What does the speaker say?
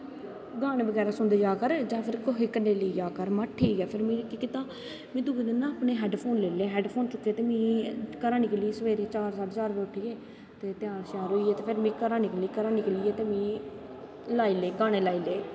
गानें बगैरा सुनदे जा कर जां कुसै गी लेई जा कर ठीक ऐ फिर में केह् कीता में दुए दिन ना अपनें हैडफोन लेई ले हैडफोन चुक्के ते घरा दा निकली सवेर चार साढ़े चार बज़े उट्ठियै तैयार शयार होइयै घरा दा निकली ते फिर में लाई ले गानें लाई ले